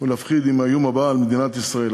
ולהפחיד עם האיום הבא על מדינת ישראל,